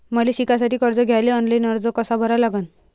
मले शिकासाठी कर्ज घ्याले ऑनलाईन अर्ज कसा भरा लागन?